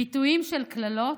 ביטויים של קללות,